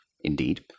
Indeed